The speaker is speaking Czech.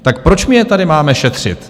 Tak proč my je tady máme šetřit?